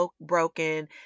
broken